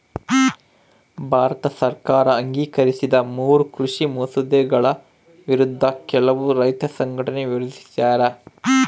ಭಾರತ ಸರ್ಕಾರ ಅಂಗೀಕರಿಸಿದ ಮೂರೂ ಕೃಷಿ ಮಸೂದೆಗಳ ವಿರುದ್ಧ ಕೆಲವು ರೈತ ಸಂಘಟನೆ ವಿರೋಧಿಸ್ಯಾರ